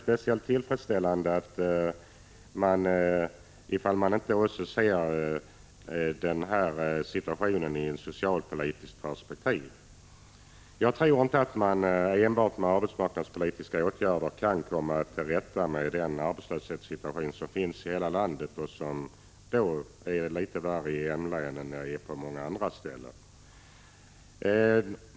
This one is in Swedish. Vidare tror jag att man måste se situationen också i ett socialpolitiskt perspektiv. Jag tror inte att man enbart med arbetsmarknadspolitiska åtgärder kan komma till rätta med den arbetslöshet som råder i hela landet och som är värre i Malmöhus län än på många andra ställen.